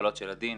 מהמגבלות של הדין.